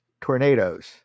tornadoes